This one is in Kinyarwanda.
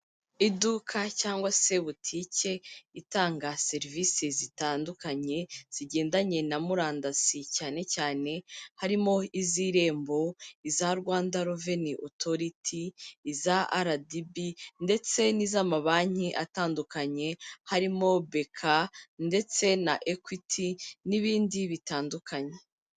Iduka cyangwa se butike itanga serivisi zitandukanye zigendanye na murandasi cyane cyane harimo iz'Irembo, iza Rwanda Reveni Otoriti, iza RDB ndetse n'iz'amabanki atandukanye harimo BK ndetse na Equity, n'ibindi bitandukanye.